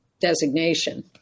designation